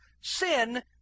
Sin